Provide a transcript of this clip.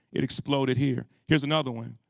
it exploded here. here's another one,